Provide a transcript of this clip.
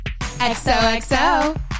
XOXO